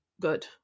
good